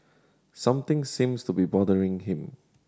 something seems to be bothering him